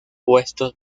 puestos